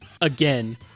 again